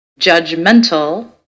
Judgmental